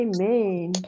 Amen